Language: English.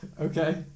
Okay